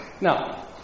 Now